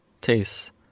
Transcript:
tastes